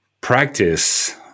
practice